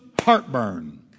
heartburn